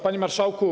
Panie Marszałku!